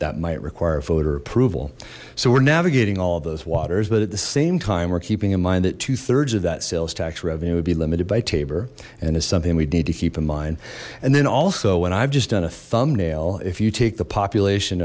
that might require voter approval so we're navigating all of those waters but at the same time we're keeping in mind that two thirds of that sales tax revenue would be limited by tabor and it's something we'd need to keep in mind and then also when i've just done a thumbnail if you take the population